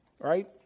right